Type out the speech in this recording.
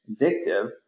addictive